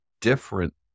different